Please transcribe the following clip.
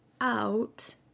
out